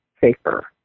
safer